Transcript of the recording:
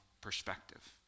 perspective